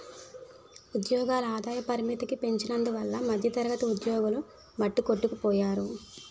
ఉద్యోగుల ఆదాయ పరిమితికి పెంచనందువల్ల మధ్యతరగతి ఉద్యోగులు మట్టికొట్టుకుపోయారు